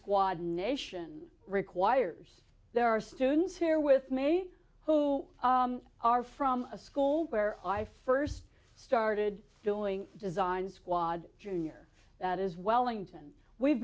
squad nation requires there are students here with me who are from a school where i first started doing design squad junior that is wellington we've